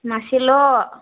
मासेल'